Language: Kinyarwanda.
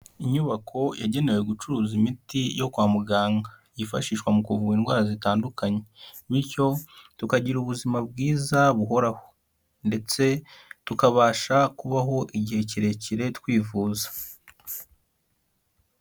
Inyubako yagenewe gucuruza imiti yo kwa muganga yifashishwa mu kuvura indwara zitandukanye, bityo tukagira ubuzima bwiza buhoraho ndetse tukabasha kubaho igihe kirekire twivuza.